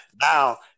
now